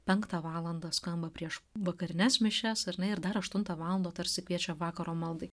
penktą valandą skamba prieš vakarines mišias ar ne ir dar aštuntą valandą tarsi kviečia vakaro maldai